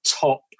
top